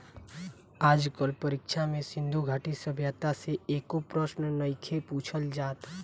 आज कल परीक्षा में सिन्धु घाटी सभ्यता से एको प्रशन नइखे पुछल जात